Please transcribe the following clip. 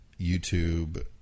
YouTube